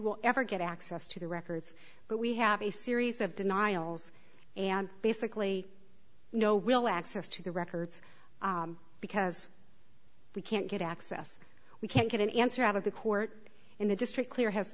will ever get access to the records but we have a series of denials and basically no will access to the records because we can't get access we can't get an answer out of the court in the district clear ha